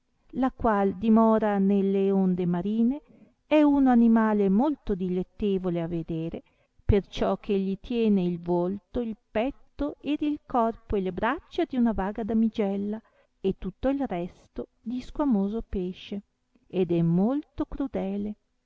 la qual dimora nelle onde marine è uno animale molto dilettevole a vedere perciò che egli tiene il volto il petto ed il corpo e le braccia di una vaga damigella e tutto il resto di squamoso pesce ed è molto crudele